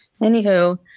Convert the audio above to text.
anywho